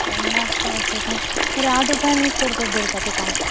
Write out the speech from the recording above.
पन्नासा अशें तें बरें आठ रुपयान एक करता धरता तुका